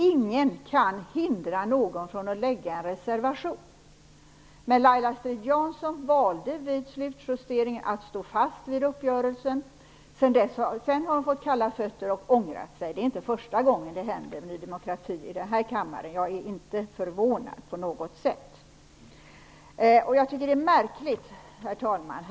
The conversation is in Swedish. Ingen kan hindra någon från att avge en reservation. Men Laila Strid-Jansson valde vid slutjusteringen att stå fast vid uppgörelsen. Sedan har hon fått kalla fötter och ångrat sig. Det är inte första gången det händer Ny demokrati i den här kammaren, och jag är inte på något sätt förvånad. Jag tycker att det är märkligt, herr talman.